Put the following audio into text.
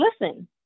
listen